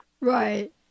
Right